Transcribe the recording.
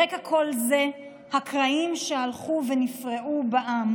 ברקע כל זה הקרעים שהלכו ונפערו בעם,